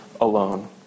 alone